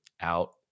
out